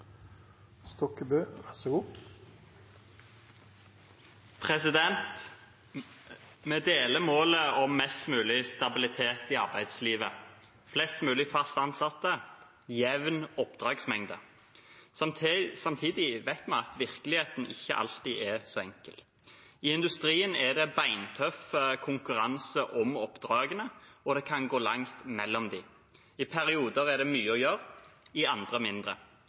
jevn oppdragsmengde. Samtidig vet vi at virkeligheten ikke alltid er så enkel. I industrien er det beintøff konkurranse om oppdragene, og det kan gå lenge mellom dem. I noen perioder er det mye å gjøre, i andre er det mindre.